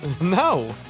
No